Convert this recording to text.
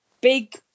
big